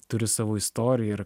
turi savo istoriją ir